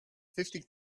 fifty